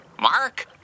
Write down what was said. Mark